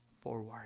forward